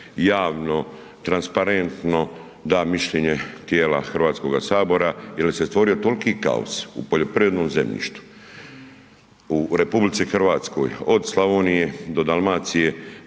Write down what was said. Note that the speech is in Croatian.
javno, transparentno da mišljenje tijela Hrvatskoga sabora jer se stvorio toliki kaos u poljoprivrednom zemljištu, u RH od Slavonije do Dalmacije